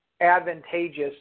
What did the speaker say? advantageous